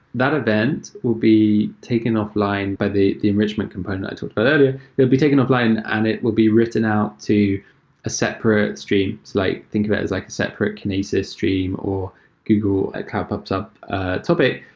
that event will be taken offline by the the enrichment component i talked about earlier. they'll be taken offline and it will be written out to a separate stream. like think of it as like a separate kinesis stream or google cloud pub sub topic,